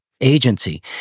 agency